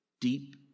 deep